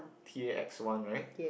T X one right